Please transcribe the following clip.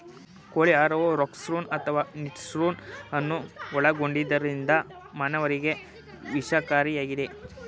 ಕೋಳಿ ಆಹಾರವು ರೊಕ್ಸಾರ್ಸೋನ್ ಅಥವಾ ನಿಟಾರ್ಸೋನ್ ಅನ್ನು ಒಳಗೊಂಡಿರುವುದರಿಂದ ಮಾನವರಿಗೆ ವಿಷಕಾರಿಯಾಗಿದೆ